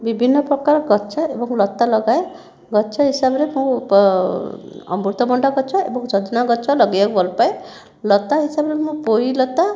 ବିଭିନ୍ନ ପ୍ରକାର ଗଛ ଏବଂ ଲତା ଲଗାଏ ଗଛ ହିସାବରେ ମୁଁ ଅମୃତ ଭଣ୍ଡା ଗଛ ଏବଂ ସଜନା ଗଛ ଲଗାଇବାକୁ ଭଲ ପାଏ ଲତା ହିସାବରେ ମୁଁ ପୋଇ ଲତା